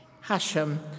Hashem